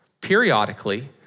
periodically